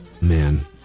Man